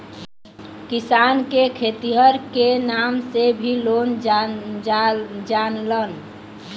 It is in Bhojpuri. किसान के खेतिहर के नाम से भी लोग जानलन